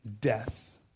death